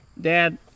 dad